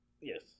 yes